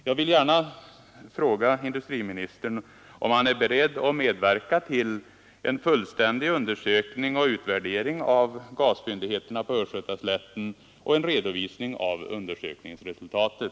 Jag vill gärna fråga industriministern om han är beredd att medverka till en fullständig undersökning och utvärdering av gasfyndigheterna på Östgötaslätten och en redovisning av undersökningsresultatet.